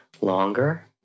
longer